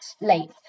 late